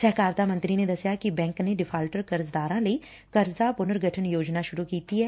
ਸਹਿਕਾਰਤਾ ਮੰਤਰੀ ਨੇ ਦੱਸਿਆ ਕਿ ਬੈਕ ਨੇ ਡਿਫਾਲਟਰ ਕਰਜ਼ਦਾਰਾਂ ਲਈ ਕਰਜਾ ਪੁਨਰਗਠਨ ਯੋਜਨਾ ਸੁਰੁ ਕੀਤੀ ਏ